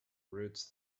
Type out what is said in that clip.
roots